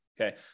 Okay